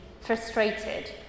frustrated